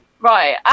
right